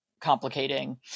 complicating